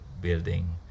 building